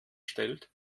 stellt